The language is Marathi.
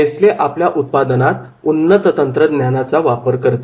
नेसले आपल्या उत्पादनात उन्नत तंत्रज्ञानाचा वापर करते